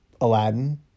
Aladdin